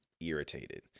irritated